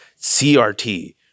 CRT